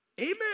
amen